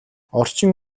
орчин